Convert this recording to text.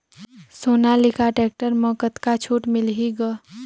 Sonalika tractor म कतका छूट मिलही ग?